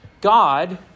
God